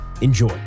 Enjoy